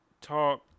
talk